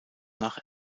nach